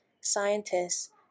scientists